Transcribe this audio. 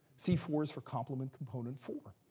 c four is for complement component four.